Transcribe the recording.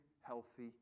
healthy